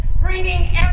bringing